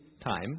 time